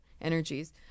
energies